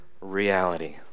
reality